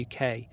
uk